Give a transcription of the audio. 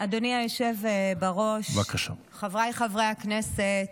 היושב בראש, חבריי חברי הכנסת,